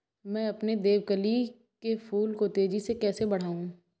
मैं अपने देवकली के फूल को तेजी से कैसे बढाऊं?